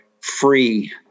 free